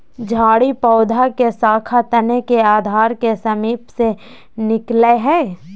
झाड़ी पौधा के शाखा तने के आधार के समीप से निकलैय हइ